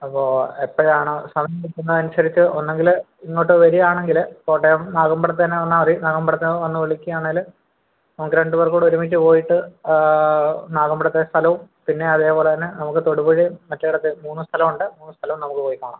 അപ്പോൾ എപ്പോഴാണ് സമയം കിട്ടുന്നതനുസരിച്ച് ഒന്നുകിൽ ഇങ്ങോട്ട് വരുവാണെങ്കിൽ കോട്ടയം നാഗമ്പലത്ത് തന്നെ നിന്നാൽ മതി നാഗമ്പലത്തിന്ന് വന്ന് വിളിക്കുവാണേൽ നമുക്ക് രണ്ട് പേർക്കുകൂടി ഒരുമിച്ച് പോയിട്ട് നാഗമ്പലത്തെ സ്ഥലവും പിന്നെ അതേപോലെ തന്നെ നമുക്ക് തൊടുപുഴയും മറ്റേടത്തെ മൂന്ന് സ്ഥലം ഉണ്ട് മൂന്ന് സ്ഥലവും നമുക്ക് പോയി കാണാം